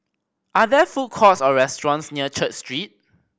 are there food courts or restaurants near Church Street